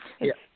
Yes